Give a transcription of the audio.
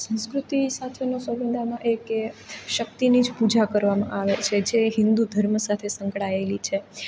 સંસ્કૃતિ સાથેનો સબંધ આમાં એ કે શક્તિની જ પૂજા કરવામાં આવે છે જે હિન્દુ ધર્મ સાથે સંકળાયેલી છે